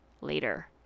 later